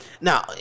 now